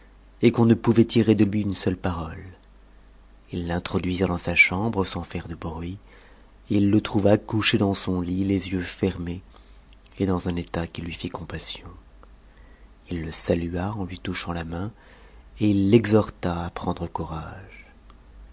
et qu'on ne pouvait tirer de lui une seule parole ils l'introduisirent dans sa chambre sans faire de bruit et il le trouva couché dans son lit les yeux fermés et dans un état qui lui fit compassion il le salua en lui touchant la main et il l'exhorta prendre courage